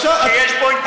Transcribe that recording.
כשיש פה אינתיפאדה.